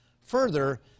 Further